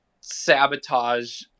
sabotage